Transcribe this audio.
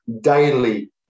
daily